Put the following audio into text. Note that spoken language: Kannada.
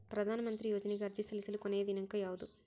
ಪ್ರಧಾನ ಮಂತ್ರಿ ಯೋಜನೆಗೆ ಅರ್ಜಿ ಸಲ್ಲಿಸಲು ಕೊನೆಯ ದಿನಾಂಕ ಯಾವದು?